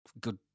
good